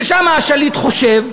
ששם השליט חושב,